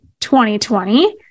2020